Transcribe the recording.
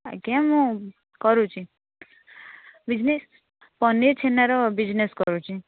ଆଜ୍ଞା ମୁଁ କରୁଛି ବିଜନେସ୍ ପନିର ଛେନାର ବିଜନେସ୍ କରୁଛି